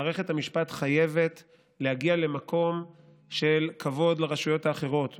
מערכת המשפט חייבת להגיע למקום של כבוד לרשויות האחרות.